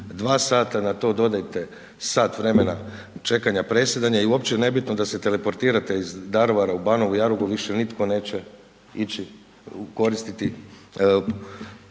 2 sata, na to dodajte sat vremena čekanja presjedanja i uopće je nebitno da se teleportirate iz Daruvara u Banovu Jarugu, više nitko neće ići koristiti